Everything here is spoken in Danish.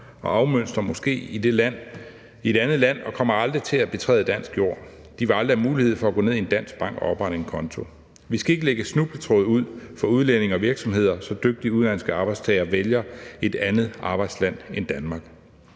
og afmønstrer måske i et andet land og kommer aldrig til at betræde dansk jord. De vil aldrig have mulighed for at gå ned i en dansk bank og oprette en konto. Vi skal ikke lægge snubletråde for udlændinge og virksomheder, så dygtige udenlandske arbejdstagere vælger et andet arbejdsland end Danmark.